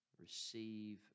receive